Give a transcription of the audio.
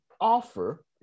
offer